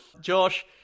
Josh